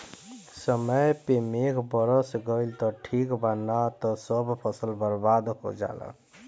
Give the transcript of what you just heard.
समय पे मेघ बरस गईल त ठीक बा ना त सब फसल बर्बाद हो जाला